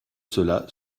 cela